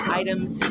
items